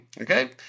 okay